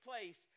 place